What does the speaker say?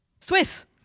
Swiss